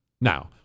Now